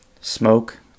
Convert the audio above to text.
smoke